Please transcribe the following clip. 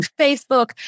Facebook